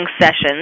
sessions